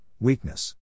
weakness